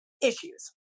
issues